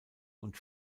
und